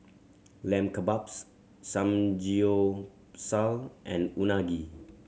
Lamb Kebabs Samgyeopsal and Unagi